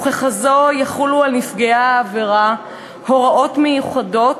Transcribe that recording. וככזאת יחולו על נפגעי העבירה הוראות מיוחדות,